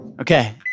Okay